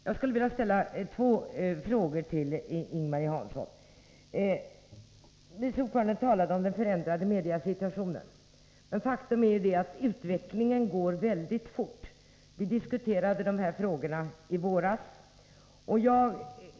Jag skulle vilja rikta mig till utskottets vice ordförande Ing-Marie Hansson. Vice ordföranden talade om den förändrade mediasituationen. Men faktum är ju att utvecklingen går väldigt fort. Vi diskuterade de här sakerna i våras.